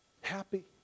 Happy